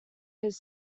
his